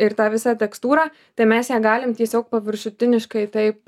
ir tą visą tekstūrą tai mes ją galim tiesiog paviršutiniškai taip